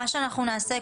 מה שנעשה,